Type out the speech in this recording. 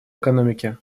экономики